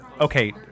Okay